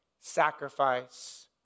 sacrifice